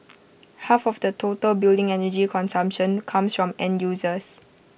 half of the total building energy consumption comes from end users